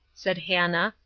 said hannah,